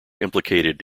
implicated